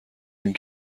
این